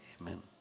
Amen